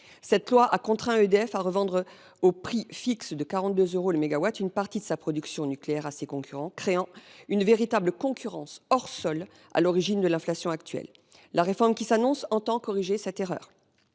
Cette loi a contraint EDF à revendre au prix fixe de 42 euros le mégawattheure une partie de sa production nucléaire à ses concurrents, créant une véritable concurrence hors sol à l’origine de l’inflation actuelle. La réforme qui s’annonce entend corriger cette erreur.